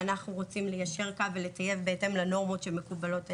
ואנחנו רוצים ליישר קו ולטייב בהתאם לנורמות שמקובלות עלינו.